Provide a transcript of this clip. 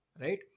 right